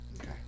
Okay